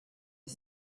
est